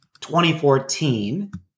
2014